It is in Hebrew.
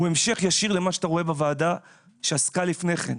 הוא המשך ישיר למה שאתה רואה בוועדה שעסקה לפני כן,